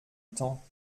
temps